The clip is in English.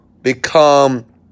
become